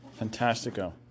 Fantastico